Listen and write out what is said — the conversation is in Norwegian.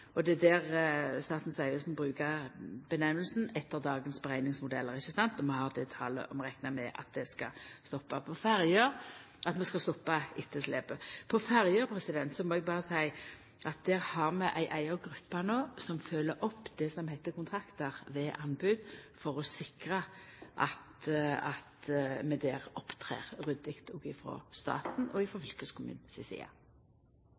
etterslepet. Det er der Statens vegvesen brukar omgrepet «etter dagens beregningsmodeller», og vi har det talet og reknar med at vi skal stoppa etterslepet. Når det gjeld ferjer, må eg berre seia at der har vi ei eiga gruppe no som følgjer opp det som heiter kontraktar ved anbod for å sikra at vi der opptrer ryddig òg frå staten og frå fylkeskommunane si side.